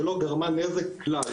שלא גרמה נזק כלל.